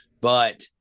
but-